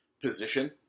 position